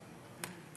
נתקבל.